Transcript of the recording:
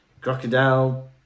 Crocodile